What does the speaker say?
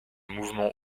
mouvement